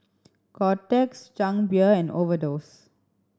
Kotex Chang Beer and Overdose